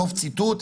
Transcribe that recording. סוף ציטוט.